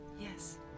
Yes